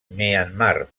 myanmar